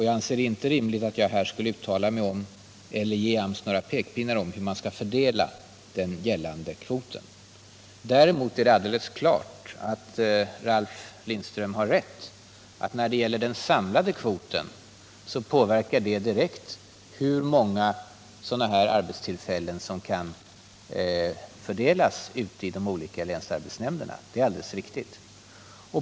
Jag anser det inte rimligt att jag här skulle ge AMS några pekpinnar om hur man skall fördela den gällande kvoten. Däremot har Ralf Lindström alldeles rätt i att den samlade kvoten direkt påverkar hur många sådana här arbetstillfällen som kan fördelas inom de olika länsarbetsnämnderna.